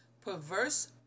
perverse